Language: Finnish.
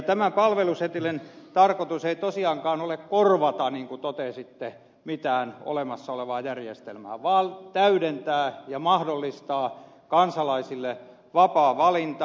tämän palvelusetelin tarkoitus ei tosiaankaan ole korvata niin kuin totesitte mitään olemassa olevaa järjestelmää vaan täydentää ja mahdollistaa kansalaisille vapaa valinta